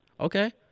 Okay